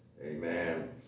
Amen